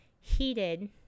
heated